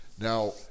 Now